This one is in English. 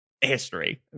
history